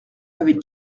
avec